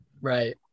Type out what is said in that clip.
Right